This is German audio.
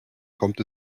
kommt